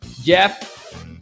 Jeff